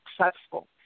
successful